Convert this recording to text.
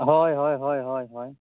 ᱦᱚᱭ ᱦᱚᱭ ᱦᱚᱭ ᱦᱚᱭ